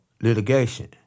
litigation